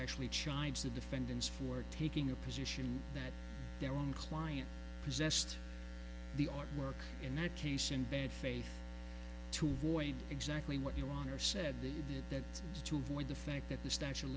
actually chides the defendants for taking a position that their own client possessed the art work in that case in bad faith to avoid exactly what your honor said they did that to avoid the fact that the statue of